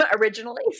originally